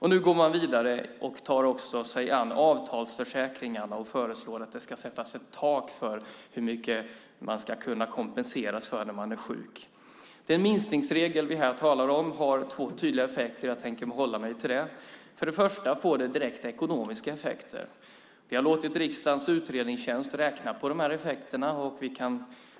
Nu går regeringen vidare och tar sig också an avtalsförsäkringarna och föreslår att det ska sättas ett tak för hur mycket man ska kunna kompenseras för när man är sjuk. Den minskningsregel vi här talar om har två tydliga effekter. Jag tänker hålla mig till detta. Först och främst får det direkta ekonomiska effekter. Vi har låtit riksdagens utredningstjänst räkna på dessa effekter.